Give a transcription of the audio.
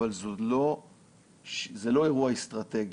אבל זה לא אירוע אסטרטגי.